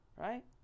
right